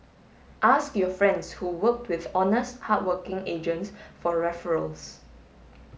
ask your friends who worked with honest hardworking agents for referrals